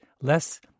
less